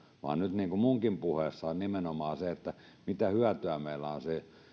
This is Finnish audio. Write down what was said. vaan nyt minunkin puheessani on nimenomaan se mitä hyötyä meillä on